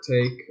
take